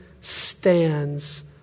stands